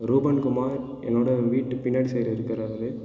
ரூபன் குமார் என்னுடைய வீட்டு பின்னாடி சைடில் இருக்கிறாரு